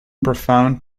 profound